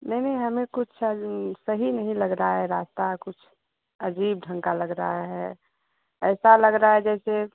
नहीं नहीं हमें कुछ सही नहीं लग रहा है रास्ता कुछ अजीब ढंग का लग रहा है ऐसा लग रहा है जैसे